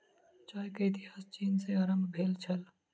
चाय के इतिहास चीन सॅ आरम्भ भेल छल